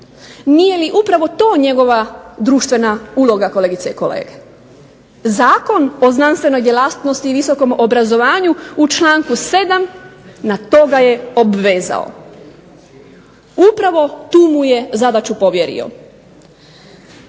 Nije li upravo to njegova društvena uloga kolegice i kolege. Zakon o znanstvenoj djelatnosti i visokom obrazovanju u članku 7. na to ga je obvezao. Upravo tu mu je zadaću povjerio.